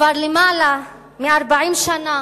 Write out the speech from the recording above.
כבר למעלה מ-40 שנה